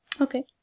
Okay